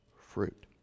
fruit